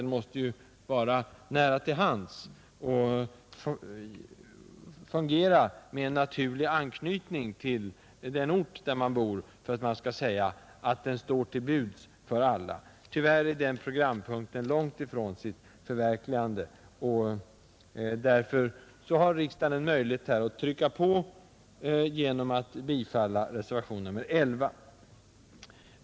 Den måste vara nära till hands och fungera med en naturlig anknytning till den ort där man bor, för att det skall kunna sägas att den står till buds för alla. Tyvärr är den programpunkten långt ifrån sitt förverkligande, men riksdagen har i dag en möjlighet att trycka på, genom att bifalla reservationen 11.